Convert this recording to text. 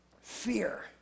fear